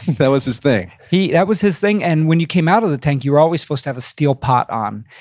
that was his thing that was his thing. and when you came out of the tank, you were always supposed to have a steel pot on.